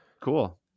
Cool